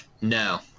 no